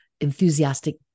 enthusiastic